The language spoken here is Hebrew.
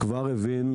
הוא כבר הבין,